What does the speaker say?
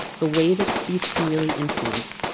the way that speech can really influence